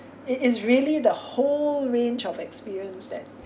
it is really the whole range of experience that